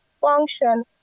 function